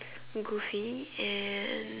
goofy and